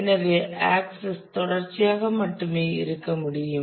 எனவே ஆக்சஸ் தொடர்ச்சியாக மட்டுமே இருக்க முடியும்